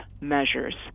measures